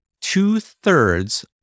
Two-thirds